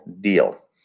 deal